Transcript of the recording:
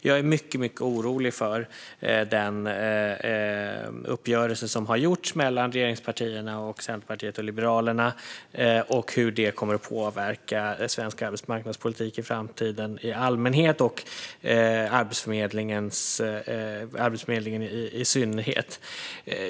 Jag är mycket, mycket orolig för hur den uppgörelse som har gjorts mellan regeringspartierna, Centerpartiet och Liberalerna kommer att påverka den svenska arbetsmarknadspolitiken i framtiden i allmänhet och Arbetsförmedlingen i synnerhet.